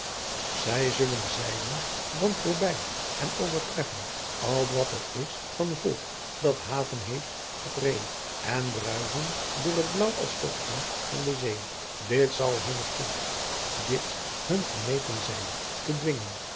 zy zullen zeilen dan voorby en overtreffen al wat er is van volk dat haven heeft ost ree en bruizen door het blaauw als vorsten van de zee dit zal hunn konst dit hun vermeten zijn te dwingen